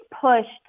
pushed